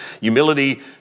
Humility